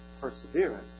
perseverance